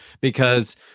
because-